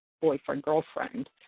boyfriend-girlfriend